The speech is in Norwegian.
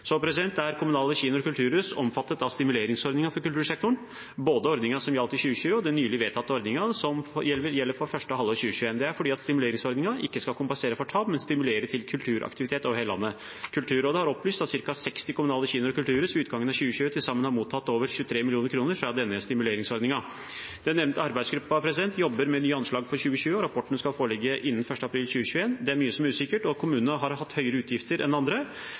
Kommunale kinoer og kulturhus er omfattet av stimuleringsordningen for kultursektoren, både ordningen som gjaldt i 2020, og den nylig vedtatte ordningen som gjelder for første halvår 2021. Det er fordi stimuleringsordningen ikke skal kompensere for tap, men stimulere til kulturaktivitet over hele landet. Kulturrådet har opplyst at ca. 60 kommunale kinoer og kulturhus ved utgangen av 2020 til sammen hadde mottatt over 23 mill. kr fra denne stimuleringsordningen. Den nevnte arbeidsgruppen jobber med nye anslag for 2020, og rapporten skal foreligge innen 1. april 2021. Det er mye som er usikkert, og noen kommuner har hatt høyere utgifter enn andre.